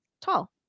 tall